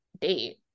date